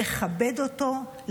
לכבד אותו,